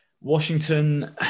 Washington